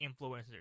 influencers